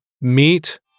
meet